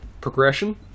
Progression